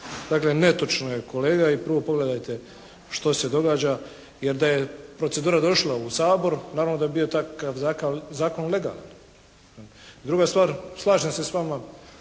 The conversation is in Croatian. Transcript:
Dakle, netočno je kolega i prvo pogledajte što se događa. Jer da je procedura došla u Sabor naravno da bi bio takav zakon legalan. Druga stvar, slažem se s vama